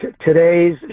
today's